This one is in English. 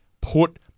Put